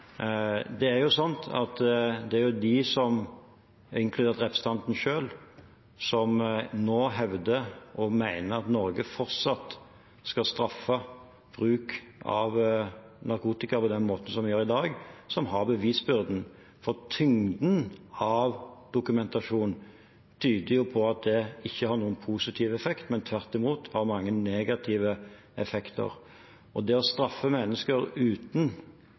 Det er de – inkludert representanten selv – som nå hevder og mener at Norge fortsatt skal straffe bruk av narkotika på den måten som vi gjør i dag, som har bevisbyrden, for tyngden av dokumentasjon tyder på at det ikke har noen positiv effekt, men tvert imot mange negative effekter. Og når det gjelder det å straffe mennesker uten